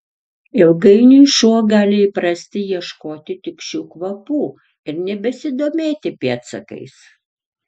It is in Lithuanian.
ilgainiui šuo gali įprasti ieškoti tik šių kvapų ir nebesidomėti pėdsakais